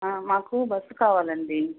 మాకు బస్ కావాలండి